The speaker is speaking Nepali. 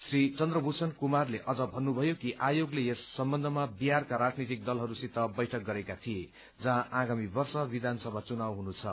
श्री चन्द्रभूषण कुमारले अझ भन्नुथयो कि आयोगले बिहारका राजनीतिक दलहर्स्सित बैठक गरेका थिए जहाँ आगामी वर्ष विधानसभा चुनाव हुनुछ